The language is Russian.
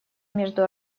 между